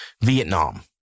Vietnam